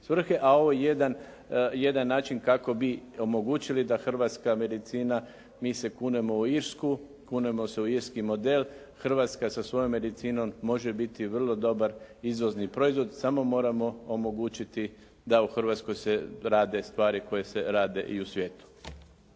a ovo je jedan način kako bi omogućili da hrvatska medicina, mi se kunemo u Irsku, kunemo se u irski model. Hrvatska sa svojom medicinom može biti vrlo dobar izvozni proizvod samo moramo omogućiti da u Hrvatskoj se rade stvari koje se rade i u svijetu.